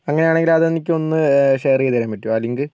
അങ്ങനെയാണെങ്കിൽ അത് എനിക്കൊന്ന് ഷേർ ചെയ്ത് തരാൻ പറ്റുമോ ആ ലിങ്ക്